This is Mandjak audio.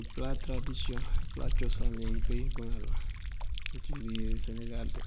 Ipëla tëradisiyoŋ, ipëla cosan impeem pëŋal incí ţi senegal ţí.